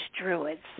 Druids